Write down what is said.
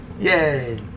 Yay